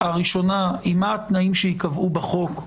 הראשונה, מה התנאים שייקבעו בחוק,